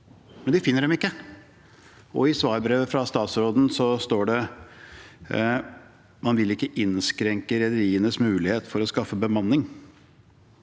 norske handelsflåten I svarbrevet fra statsråden står det at man ikke vil innskrenke rederienes mulighet for å skaffe bemanning.